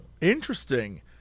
interesting